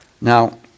Now